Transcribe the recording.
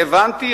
הבנתי,